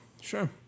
sure